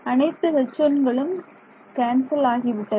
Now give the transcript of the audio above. அனைத்து H1களும் கேன்சல் ஆகிவிட்டன